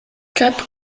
cap